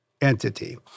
entity